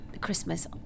Christmas